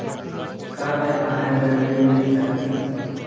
का व्यापार बर ऋण मिल सकथे?